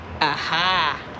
Aha